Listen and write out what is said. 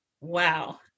wow